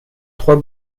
trois